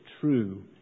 true